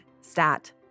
stat